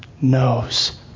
knows